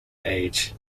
age